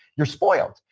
you're spoiled.